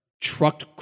trucked